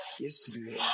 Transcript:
Yesterday